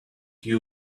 you